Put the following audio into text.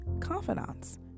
confidants